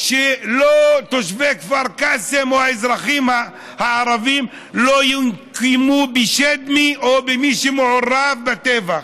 שתושבי כפר קאסם או האזרחים הערבים לא ינקמו בשדמי או במי שמעורב בטבח.